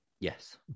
Yes